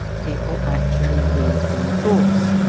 people actually used in the course.